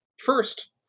First